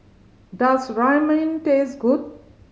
does Ramyeon taste good